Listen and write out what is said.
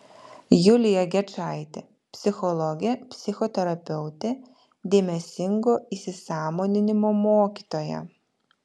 julija gečaitė psichologė psichoterapeutė dėmesingo įsisąmoninimo mokytoja